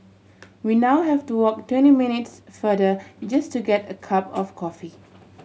we now have to walk twenty minutes farther just to get a cup of coffee